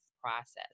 process